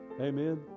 Amen